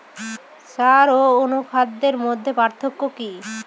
সার ও অনুখাদ্যের মধ্যে পার্থক্য কি?